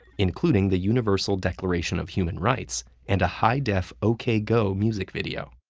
including the universal declaration of human rights and a high-def ok go music video,